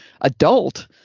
adult